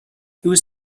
was